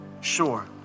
Sure